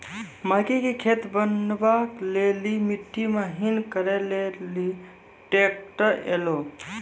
मकई के खेत बनवा ले ली मिट्टी महीन करे ले ली ट्रैक्टर ऐलो?